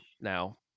now